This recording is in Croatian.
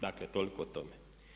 Dakle, toliko o tome.